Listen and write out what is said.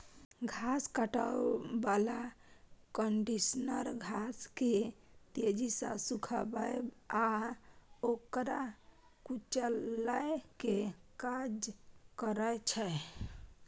घास काटै बला कंडीशनर घास के तेजी सं सुखाबै आ ओकरा कुचलै के काज करै छै